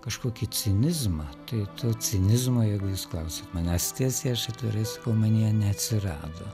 kažkokį cinizmą tai to cinizmo jeigu jūs klausiat manęs tiesiai aš atvirai sakau manyje neatsirado